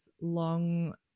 long